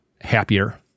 happier